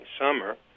summer